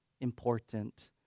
important